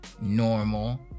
normal